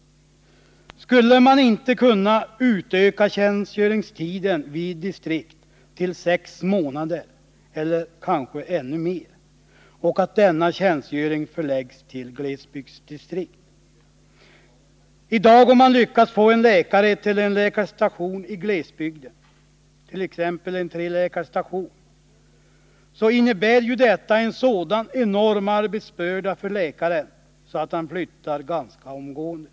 Skulle man inte kunna utöka tiden för distriktstjänstgöring till sex månader eller kanske längre och förlägga denna tjänstgöring till glesbygdsdistrikt? Om man i dag lyckas få en läkare till en läkarstation i glesbygden, t.ex. en treläkarstation, så innebär tjänstgöringen där en sådan enorm arbetsbörda för läkaren att han flyttar ganska omgående.